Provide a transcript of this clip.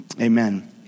Amen